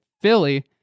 Philly